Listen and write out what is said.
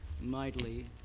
mightily